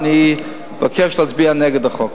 אני מבקש להצביע נגד החוק.